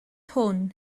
hwn